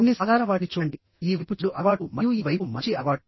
కొన్ని సాధారణ వాటిని చూడండి ఈ వైపు చెడు అలవాటు మరియు ఈ వైపు మంచి అలవాటు